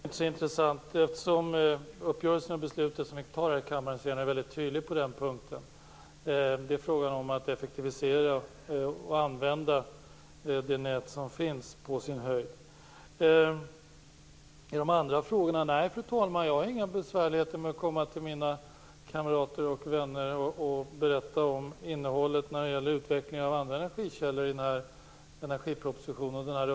Fru talman! Gasfrågan är inte så intressant. Uppgörelsen och de beslut vi fattar här i kammaren är väldigt tydliga på den punkten. Det är frågan om att effektivisera och använda det nät som finns, på sin höjd. Nej, fru talman, jag ser inga besvärligheter med att berätta om innehållet i energipropositionen och uppgörelsen när det gäller utvecklingen av andra energikällor för mina kamrater och vänner.